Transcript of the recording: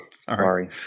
Sorry